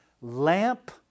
lamp